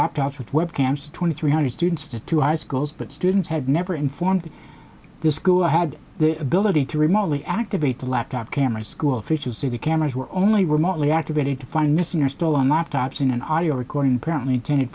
laptops with webcams twenty three hundred students to two high schools but students had never informed their school had the ability to remotely activate a laptop camera school officials say the cameras were only remotely activated to find missing are still on laptops in an audio recording perfectly intended